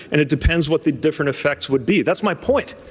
and it depends what the different effects would be. that's my point.